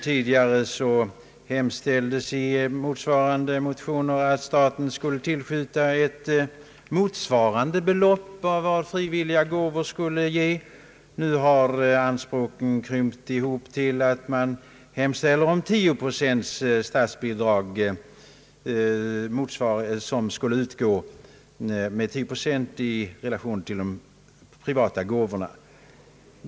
Tidigare hemställdes i motsvarande motioner att staten skulle tillskjuta samma belopp som frivilliga gåvor ger. Nu har anspråken krympt ihop till en hemställan om 10 procents statsbidrag i förhållande till de privata gåvorna.